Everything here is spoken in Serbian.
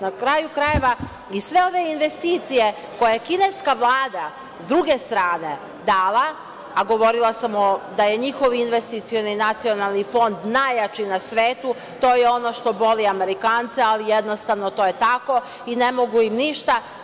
Na kraju krajeva, i sve ove investicije koje je kineska vlada dala, s druge strane, a govorila sam da je njihova investicioni nacionalni fond najjači na svetu, to je ono što boli Amerikance, ali jednostavno to je tako i ne mogu im ništa.